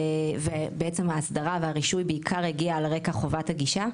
ובעצם ההסדרה והרישוי בעיקר הגיעה על רקע חובת הגישה.